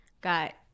got